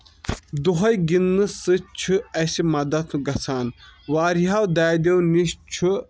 دۄہٕے گنٛدنہٕ سۭتۍ چھُ اسہِ مدد گژھان واریاہو دادیو نِش چھُ